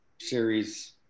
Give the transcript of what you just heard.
series